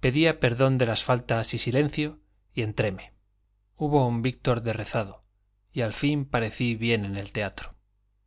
pedía perdón de las faltas y silencio y entréme hubo un víctor de rezado y al fin parecí bien en el teatro